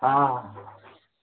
हाँ